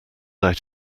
out